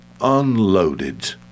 unloaded